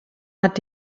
hat